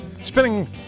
spinning